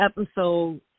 episode